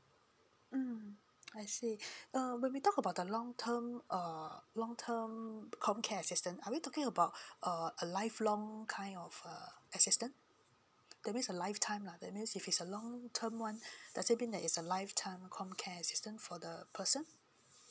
mm I see uh we talk about the long term err long term comcare assistance are we talking about uh a lifelong kind of uh assistant tht means a lifetime lah that means if it's a long term one does it mean that is a lifetime comcare assistance for the person